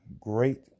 great